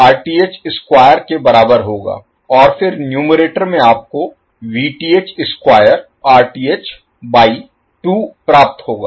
यह 4 Rth square के बराबर होगा और फिर न्यूमेरटर में आपको Vth स्क्वायर Rth बाई 2 प्राप्त होगा